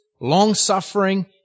long-suffering